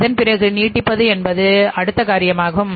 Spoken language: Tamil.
அதன் பிறகு நீடிப்பது என்பது அடுத்த காரியமாகும்